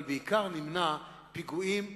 אבל בעיקר נמנע פיגועים והברחות.